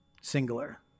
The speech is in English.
Singular